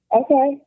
okay